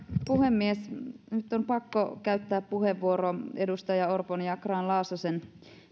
puhemies nyt on pakko käyttää puheenvuoro edustaja orpon ja ja grahn laasosen